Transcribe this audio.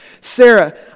Sarah